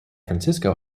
francisco